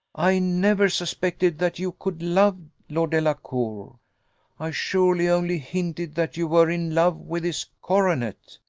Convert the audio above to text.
i never suspected that you could love lord delacour i surely only hinted that you were in love with his coronet.